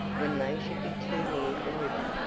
when they should be too near the river.